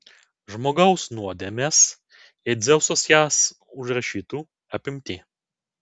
žmogaus nuodėmes jei dzeusas jas užrašytų apimti